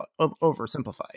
oversimplified